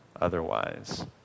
otherwise